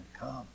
come